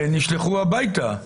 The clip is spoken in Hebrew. נשלחו הביתה.